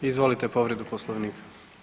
Izvolite povredu Poslovnika.